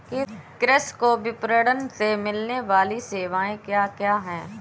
कृषि को विपणन से मिलने वाली सेवाएँ क्या क्या है